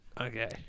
Okay